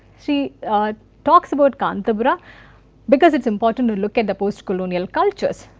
she talks about kanthapura because it is important to look at the postcolonial cultures,